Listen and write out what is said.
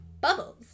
bubbles